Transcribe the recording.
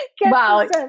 Wow